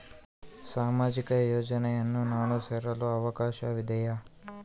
ಸಾಮಾಜಿಕ ಯೋಜನೆಯನ್ನು ನಾನು ಸೇರಲು ಅವಕಾಶವಿದೆಯಾ?